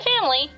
Family